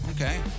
Okay